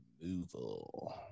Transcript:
removal